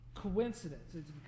coincidence